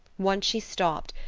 once she stopped,